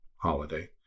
holiday